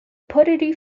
pottery